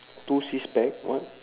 two six pack what